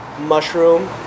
mushroom